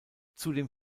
zudem